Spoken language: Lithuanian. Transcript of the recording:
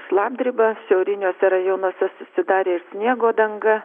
šlapdriba šiauriniuose rajonuose susidarė sniego danga